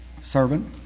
servant